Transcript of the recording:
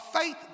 faith